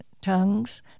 tongues